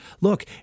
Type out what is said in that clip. Look